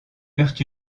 eurent